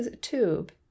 tube